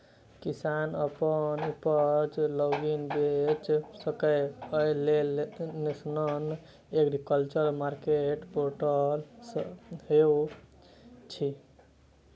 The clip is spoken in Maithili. किसान अपन उपज ऑनलाइन बेच सकै, अय लेल नेशनल एग्रीकल्चर मार्केट पोर्टल सेहो छै